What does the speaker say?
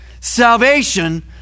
salvation